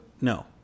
No